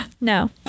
No